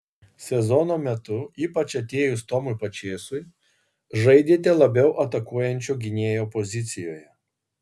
sezono metu ypač atėjus tomui pačėsui žaidėte labiau atakuojančio gynėjo pozicijoje